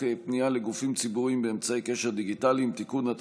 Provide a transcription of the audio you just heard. פנייה לגופים ציבוריים באמצעי קשר דיגיטליים (תיקון),